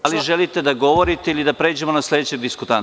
Da li želite da govorite ili da pređemo na sledećeg diskutanta?